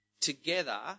together